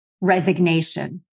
resignation